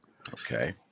Okay